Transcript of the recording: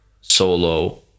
solo